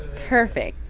perfect